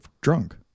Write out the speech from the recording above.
drunk